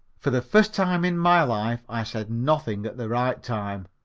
for the first time in my life i said nothing at the right time.